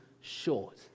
short